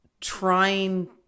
trying